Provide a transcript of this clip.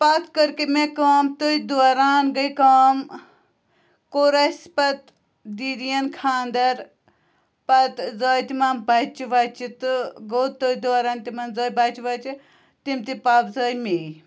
پَتہٕ کٔر کٔہ مےٚ کٲم تٔتھۍ دوران گٔے کٲم کوٚر اَسہِ پَتہٕ دیٖدیَن خاندَر پَتہٕ زاے تِمن بَچہِ وچہِ تہٕ گوٚو تٔتھۍ دوران تِمَن زاے بَچہِ وَچہِ تِم تہِ پَبزٲے مے